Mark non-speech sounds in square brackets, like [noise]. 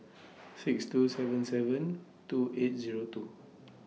[noise] six two seven seven two eight Zero two